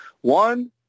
One